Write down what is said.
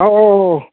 ꯑꯧ ꯑꯧ ꯑꯧ ꯑꯧ